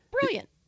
Brilliant